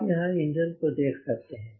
आप यहाँ इंजन को देख सकते हैं